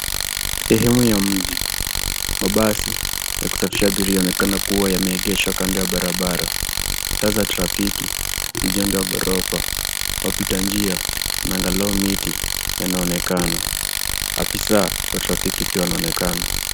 Sehemu ya mji. Mabasi yakusafirisha abiria yanaonekana kuwa yameegeshwa kando ya barabara. Taa za trafiki, jengo ya ghorofa, wapitanjia na angalau miti yanaonekana. Afisa wa trafiki pia wanaonekana.